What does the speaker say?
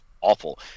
awful